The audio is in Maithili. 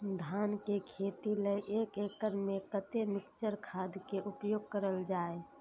धान के खेती लय एक एकड़ में कते मिक्चर खाद के उपयोग करल जाय?